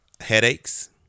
headaches